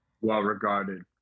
well-regarded